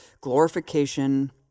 glorification